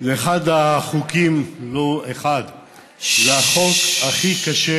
זה אחד החוקים, לא אחד, זה החוק הכי קשה